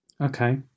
Okay